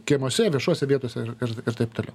kiemuose viešose vietose ir ir ir taip toliau